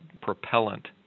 propellant